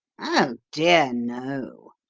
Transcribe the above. oh, dear, no,